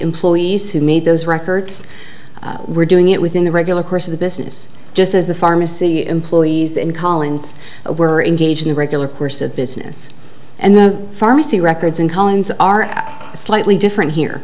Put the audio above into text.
employees who made those records were doing it within the regular course of the business just as the pharmacy employees and collins were engaged in the regular course of business and the pharmacy records in collins are slightly different here